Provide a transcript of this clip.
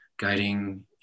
guiding